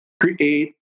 create